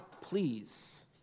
please